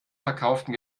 verkauften